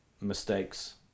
mistakes